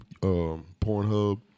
Pornhub